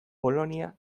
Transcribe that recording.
polonia